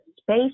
space